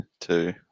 two